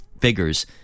figures